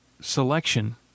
selection